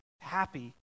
happy